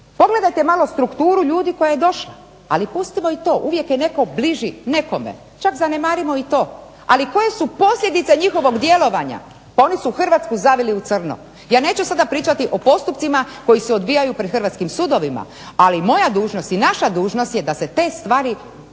Pogledajte malo strukturu ljudi koja je došla. Ali pustimo i to, uvijek je netko bliži nekome, čak zanemarimo i to. Ali koje su posljedice njihovog djelovanja, pa oni su Hrvatsku zavili u crno. Ja neću sada pričati o postupcima koji se odvijaju pred hrvatskim sudovima, ali moja dužnost i naša dužnost je da se te stvari